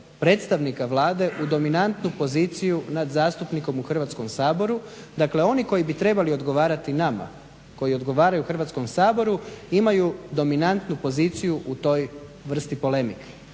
predstavnike Vlade u dominantnu poziciju nad zastupnikom u Hrvatskom saboru. Dakle oni koji bi trebali odgovarati nama, koji odgovaraju Hrvatskom saboru imaju dominantnu poziciju u toj vrsti polemike